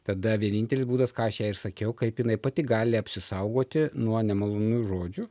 tada vienintelis būdas ką aš jai ir sakiau kaip jinai pati gali apsisaugoti nuo nemalonių žodžių